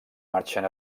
marxen